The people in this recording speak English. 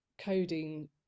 Codeine